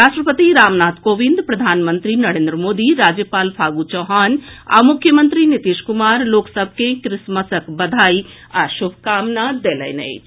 राष्ट्रपति रामनाथ कोविंद प्रधानमंत्री नरेन्द्र मोदी राज्यपाल फागु चौहान आ मुख्यमंत्री नीतीश कुमार लोक सभ केॅ क्रिसमसक बधाई आ शुभकामना देलनि अछि